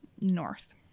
North